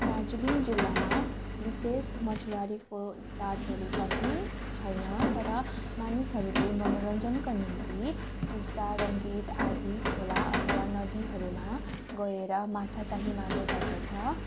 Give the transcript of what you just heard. दार्जिलिङ जिल्लामा विशेष मछुवारेको जातहरू चाहिँ छैन तर मानिसहरूले मनोरञ्जनको निम्ति टिस्टा रङ्गीत आदि खोला अथवा नदीहरूमा गएर माछा चाहिँ मार्ने गर्दछ